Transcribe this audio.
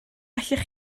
allech